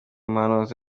muhanuzi